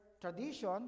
tradition